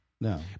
no